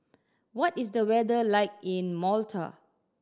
what is the weather like in Malta